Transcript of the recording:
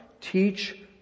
Teach